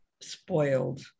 spoiled